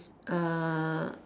err